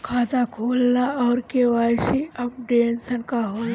खाता खोलना और के.वाइ.सी अपडेशन का होला?